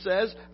says